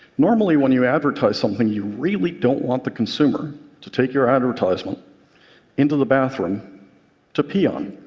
normally, when you advertise something, you really don't want the consumer to take your advertisement into the bathroom to pee on.